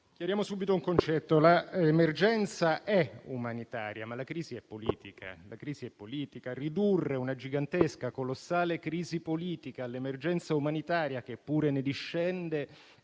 chiariamo subito un concetto: l'emergenza è umanitaria, ma la crisi è politica. Ridurre una gigantesca, colossale crisi politica all'emergenza umanitaria, che pure ne discende,